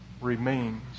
remains